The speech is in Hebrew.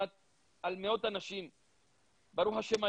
ראשית כל אנחנו פה קמנו מאוד מאוד מוקדם בבוקר ואתמול שאל הבן שלי: